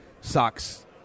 socks